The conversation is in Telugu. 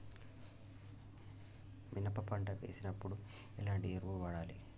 మినప పంట వేసినప్పుడు ఎలాంటి ఎరువులు వాడాలి?